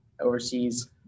overseas